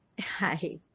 Hi